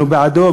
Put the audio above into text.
אנחנו בעדו,